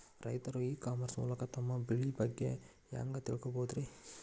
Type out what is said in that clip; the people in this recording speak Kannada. ರೈತರು ಇ ಕಾಮರ್ಸ್ ಮೂಲಕ ತಮ್ಮ ಬೆಳಿ ಬಗ್ಗೆ ಹ್ಯಾಂಗ ತಿಳ್ಕೊಬಹುದ್ರೇ?